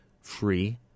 free